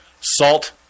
salt